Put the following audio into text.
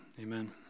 amen